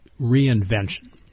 reinvention